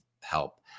help